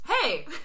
Hey